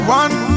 one